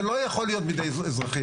זה לא יכול להיות בידי אזרחים,